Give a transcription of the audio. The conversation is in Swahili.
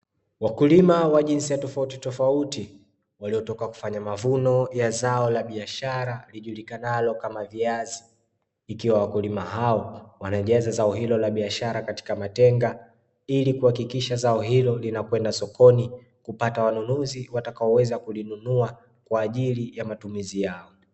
Wakulima wa jinsia tofautitofauti, waliotoka kufanya mavuno ya zao la biashara lijulikanalo kama viazi, ikiwa wakulima hao wanajaza zao hilo la biashara katika matenga, ili kuhakikisha zao hilo linakwenda sokoni ili kuweza kupata wanunuzi watakaoweza kulinunua kwa ajili ya matumizi yao.